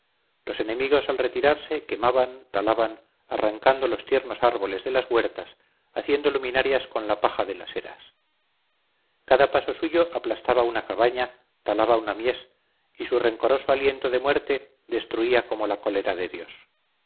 los enemigos al retirarse quemaban talaban arrancando los tiernos árboles de las huertas haciendo luminarias con la paja de las eras cada paso suyo aplastaba una cabaña talaba una mies y su rencoroso aliento de muerte destruía como la cólera de dios